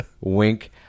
Wink